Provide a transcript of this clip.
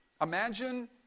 imagine